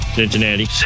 Cincinnati